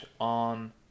on